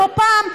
כמו פעם,